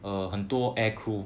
err 很多 air crew